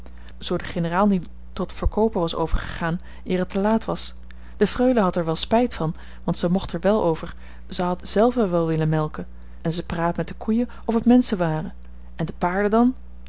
de generaal niet tot verkoopen was overgegaan eer het te laat was de freule had er wel spijt van want zij mocht er wel over ze had zelve wel willen melken en ze praat met de koeien of het menschen waren en de paarden dan